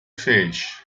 fez